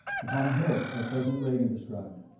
upon a hill that president regan describes,